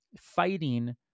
fighting